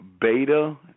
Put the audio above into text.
beta